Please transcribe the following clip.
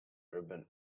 urban